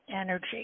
energy